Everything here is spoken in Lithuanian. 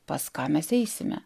pas ką mes eisime